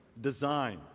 design